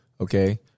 okay